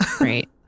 Right